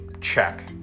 check